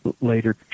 later